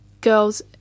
girls